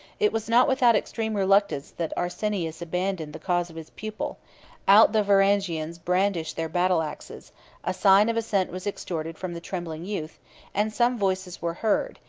it was not without extreme reluctance that arsenius abandoned the cause of his pupil out the varangians brandished their battle-axes a sign of assent was extorted from the trembling youth and some voices were heard,